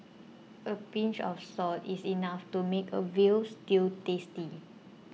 a pinch of salt is enough to make a Veal Stew tasty